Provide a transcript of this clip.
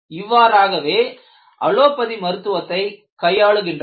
இவ்வாறாகவே அலோபதி மருத்துவத்தை கையாளுகின்றனர்